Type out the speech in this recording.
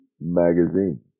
magazine